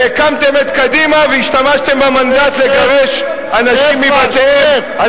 והקמתם את קדימה והשתמשתם במנדט לגרש אנשים מבתיהם.